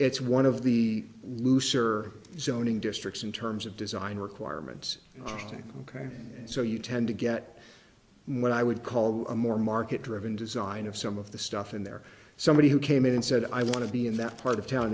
it's one of the looser zoning districts in terms of design requirements ok and so you tend to get what i would call a more market driven design of some of the stuff in there somebody who came in and said i want to be in that part of town